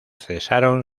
cesaron